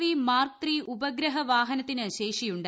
V mark ഉപഗ്രഹ വാഹനത്തിന് ശേഷിയുണ്ട്